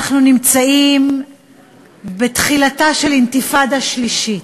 אנחנו נמצאים בתחילתה של אינתיפאדה שלישית,